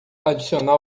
adicionar